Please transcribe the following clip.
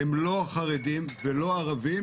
הם לא חרדים ולא ערבים,